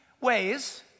ways